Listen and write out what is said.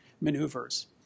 maneuvers